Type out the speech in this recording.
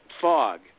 fog